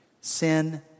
sin